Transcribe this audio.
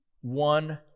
one